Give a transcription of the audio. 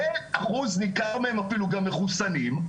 ואחוז ניכר מהם אפילו גם מחוסנים,